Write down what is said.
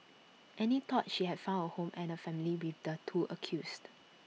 Annie thought she had found A home and A family with the two accused